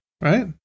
Right